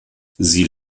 sie